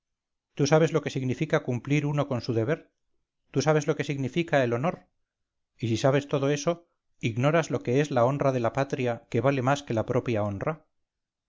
tú sabes lo que significa cumplir uno con su deber tú sabes lo que significa el honor y si sabes todo esto ignoras lo que es la honra de la patria que vale más que la propia honra